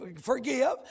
forgive